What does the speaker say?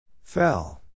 Fell